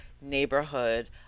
neighborhood